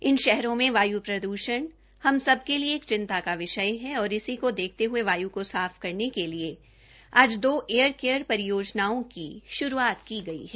इन शहरों में वायु प्रदूषण हम सब के लिए एक चिंता का विषय है और इसी को देखते हुए वाय् को साफ करने के लिए आज दो एयर केयर योजनाओं की श्रुआत की गई है